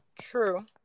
true